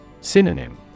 Synonym